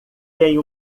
tem